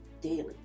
daily